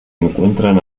encuentran